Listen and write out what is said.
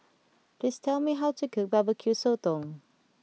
please tell me how to cook Barbecue Sotong